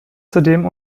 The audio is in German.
zudem